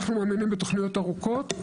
אנחנו מאמינים בתוכניות ארוכות,